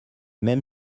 même